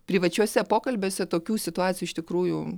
privačiuose pokalbiuose tokių situacijų iš tikrųjų